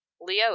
Leo